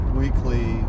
weekly